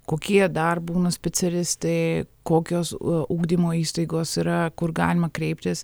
kokie dar būna specialistai kokios u ugdymo įstaigos yra kur galima kreiptis